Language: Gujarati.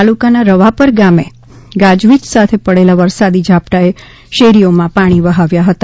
તાલુકાના રવાપર ગામે પણ ગાજવીજ સાથે પડેલા વરસાદી ઝાપટાંઅે શેરીઅોમાંથી પાણી વહાવ્યા હતા